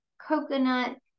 coconut